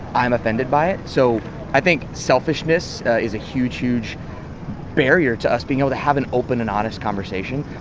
i'm offended by it. so i think selfishness is a huge, huge barrier to us being able to have an open and honest conversation.